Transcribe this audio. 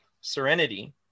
serenity